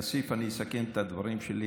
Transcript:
כסיף, אני אסכם את הדברים שלי.